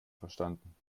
verstanden